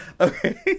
Okay